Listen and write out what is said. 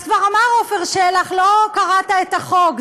אז כבר אמר עפר שלח: לא קראת את החוק,